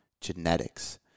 genetics